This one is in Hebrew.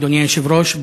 אדוני היושב-ראש.